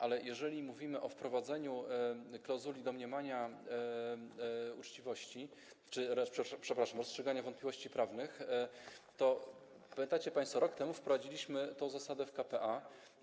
Ale jeżeli mówimy o wprowadzeniu klauzuli domniemania uczciwości, przepraszam, rozstrzygania wątpliwości prawnych, to pamiętacie państwo, rok temu wprowadziliśmy tę zasadę w k.p.a.